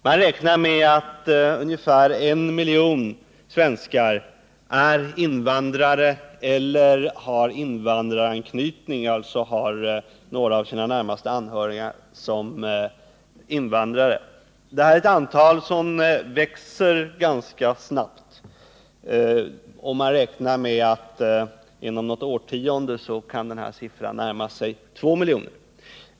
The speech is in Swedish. Man räknar med att ungefär en miljon svenskar är invandrare eller har invandraranknytning, dvs. har någon nära anhörig som är invandrare. Det antalet växer ganska snabbt, och man räknar med att siffran inom något årtionde kan komma att närma sig 2 miljoner.